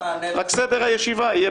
רק סדר הישיבה יהיה